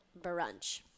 brunch